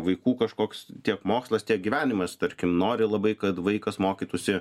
vaikų kažkoks tiek mokslas tiek gyvenimas tarkim nori labai kad vaikas mokytųsi